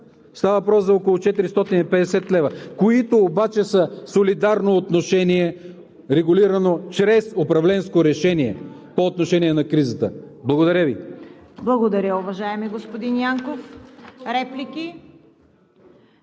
Става въпрос за около 450 лв., които обаче са солидарно отношение, регулирано чрез управленско решение по отношение на кризата. Благодаря Ви. ПРЕДСЕДАТЕЛ ЦВЕТА КАРАЯНЧЕВА: Благодаря, уважаеми господин Янков. Реплики?